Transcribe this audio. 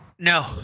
No